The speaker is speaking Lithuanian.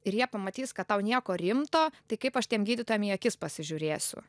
ir jie pamatys kad tau nieko rimto tai kaip aš tiem gydytojam į akis pasižiūrėsiu